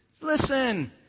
listen